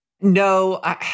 No